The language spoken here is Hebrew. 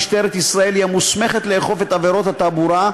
משטרת ישראל היא המוסמכת לאכוף בעבירות התעבורה,